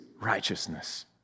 righteousness